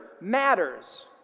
matters